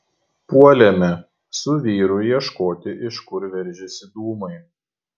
puolėme su vyru ieškoti iš kur veržiasi dūmai